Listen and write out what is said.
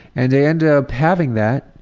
and i ended up having that